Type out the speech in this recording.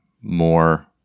more